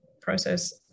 process